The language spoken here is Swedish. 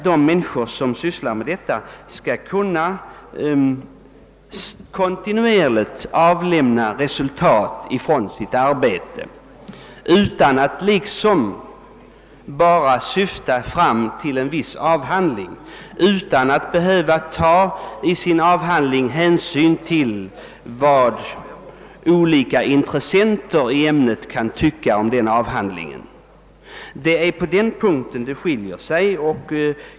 De människor som sysslar med den måste kontinuerligt kunna redovisa resultat från sitt arbete utan att bara tänka på en avhandling och därför behöva ta hänsyn till vad olika intressenter i ämnet kan tycka om denna avhandling. Det är på den punkten våra uppfattningar skiljer sig.